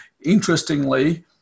Interestingly